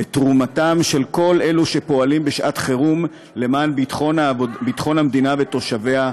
את תרומתם של כל אלו שפועלים בשעת חירום למען ביטחון המדינה ותושביה,